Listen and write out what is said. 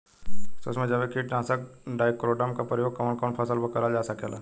सुक्ष्म जैविक कीट नाशक ट्राइकोडर्मा क प्रयोग कवन कवन फसल पर करल जा सकेला?